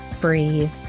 breathe